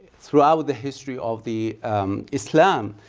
throughout the history of the islam,